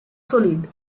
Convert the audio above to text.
solid